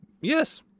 Yes